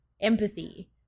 empathy